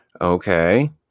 okay